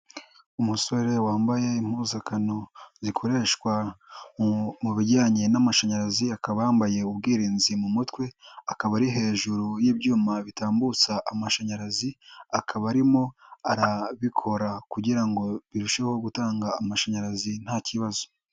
Umusore wambaye impuzankano zikoreshwa mu bijyanye n'amashanyarazi, akaba yambaye ubwirinzi mu mutwe, akaba ari hejuru y'ibyuma bitambutsa amashanyarazi, akaba arimo arabikora kugira ngo birusheho gutanga amashanyarazi nta kibazo.